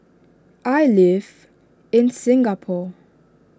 I live in Singapore